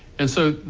and so,